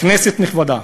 כנסת נכבדה,